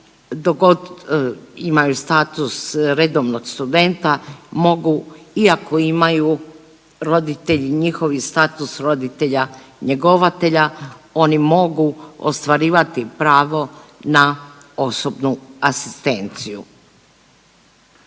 god imaju status redovnog studenta mogu iako imaju roditelji njihovi status roditelja njegovatelja oni mogu ostvarivati pravo na osobnu asistenciju.